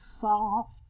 soft